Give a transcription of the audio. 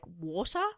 water